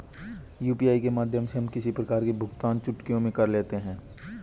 UPI के माध्यम से हम किसी प्रकार का भुगतान चुटकियों में कर लेते हैं